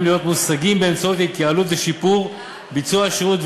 להיות מושגים באמצעות התייעלות ושיפור ביצוע השירות,